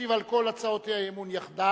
ישיב על כל הצעות האי-אמון יחדיו,